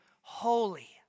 holy